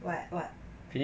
what what